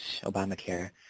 Obamacare